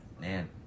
man